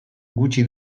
gutxi